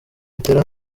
bitari